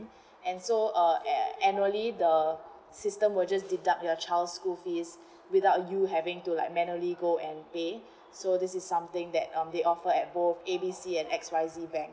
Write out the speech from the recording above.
and so uh an~ annually the system will just deduct your child's school fees without you having to like manually go and and pay so this is something that um they offer at both A B C and X Y Z bank